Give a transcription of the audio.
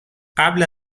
قبل